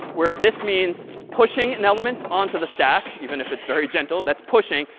where this means pushing an element onto the stack. even if it's very gentle, that's pushing.